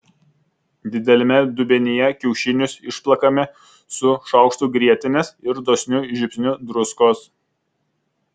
dideliame dubenyje kiaušinius išplakame su šaukštu grietinės ir dosniu žiupsniu druskos